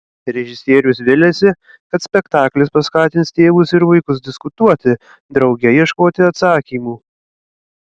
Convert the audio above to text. režisierius viliasi kad spektaklis paskatins tėvus ir vaikus diskutuoti drauge ieškoti atsakymų